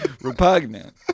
Repugnant